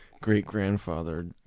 great-grandfather